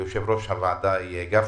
ליושב-ראש הוועדה גפני.